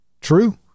True